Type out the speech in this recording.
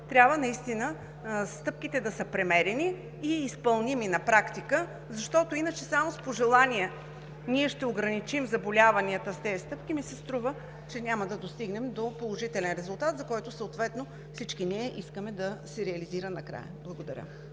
трябва наистина стъпките да са премерени и изпълними на практика. Иначе само с пожелания –„Ние ще ограничим заболяванията с тези стъпки“, ми се струва, че няма да достигнем до положителен резултат, който всички искаме да се реализира накрая. Благодаря.